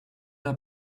are